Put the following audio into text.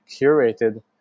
curated